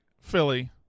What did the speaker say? Philly